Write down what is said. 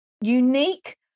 unique